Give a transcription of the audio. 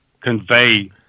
convey